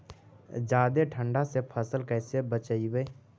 जादे ठंडा से फसल कैसे बचइबै?